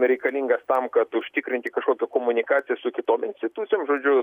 reikalingas tam kad užtikrinti kažkokią komunikaciją su kitom institucijom žodžiu